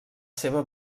seva